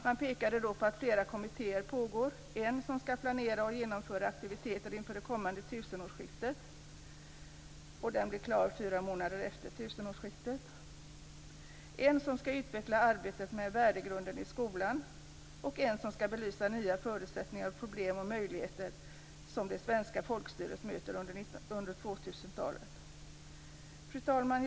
Man pekade då på fler kommittéer som arbetar, bl.a. på en som skall planera och genomföra aktiviteter inför det kommande tusenårsskiftet och som skall vara klar fyra månader efter tusenårsskiftet. Man hänvisade vidare till en kommitté som skall utveckla arbetet med värdegrunden i skolan och en kommitté som skall belysa de nya förutsättningar, problem och möjligheter som det svenska folkstyret möter inför Fru talman!